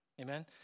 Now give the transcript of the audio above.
amen